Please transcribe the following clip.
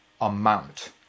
amount